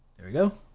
there we go.